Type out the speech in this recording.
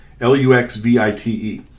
l-u-x-v-i-t-e